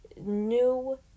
new